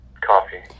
Coffee